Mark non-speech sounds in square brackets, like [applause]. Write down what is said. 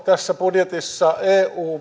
tässä budjetissa kansalliset eu [unintelligible]